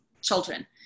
children